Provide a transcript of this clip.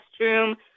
restroom